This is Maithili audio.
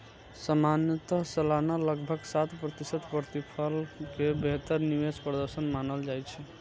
सामान्यतः सालाना लगभग सात प्रतिशत प्रतिफल कें बेहतर निवेश प्रदर्शन मानल जाइ छै